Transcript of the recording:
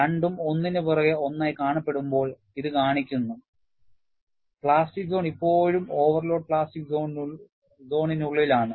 രണ്ടും ഒന്നിനു പുറകെ ഒന്നായി കാണപ്പെടുമ്പോൾ ഇത് കാണിക്കുന്നു പ്ലാസ്റ്റിക് സോൺ ഇപ്പോഴും ഓവർലോഡ് പ്ലാസ്റ്റിക് സോണിനുള്ളിലാണ്